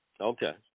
Okay